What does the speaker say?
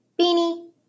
Beanie